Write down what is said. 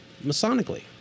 Masonically